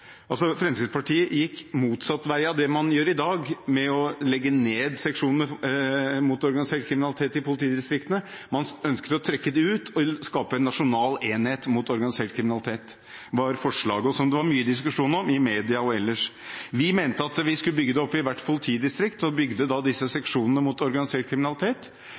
Fremskrittspartiet gikk altså motsatt vei av det man gjør i dag, hvor man legger ned seksjonene mot organisert kriminalitet i politidistriktene. Man ønsket å trekke dem ut og skape en nasjonal enhet mot organisert kriminalitet. Det var forslaget, som det var mye diskusjon om i media og ellers. Vi mente at vi skulle bygge det opp i hvert politidistrikt, og bygde da disse seksjonene mot organisert kriminalitet.